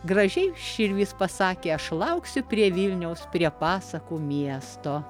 gražiai širvys pasakė aš lauksiu prie vilniaus prie pasakų miesto